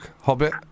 Hobbit